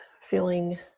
feeling